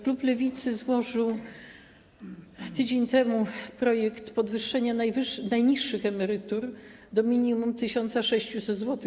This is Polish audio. Klub Lewicy złożył tydzień temu projekt podwyższenia najniższych emerytur do minimum 1600 zł.